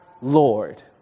Lord